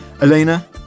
Elena